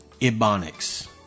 ibonics